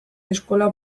eskola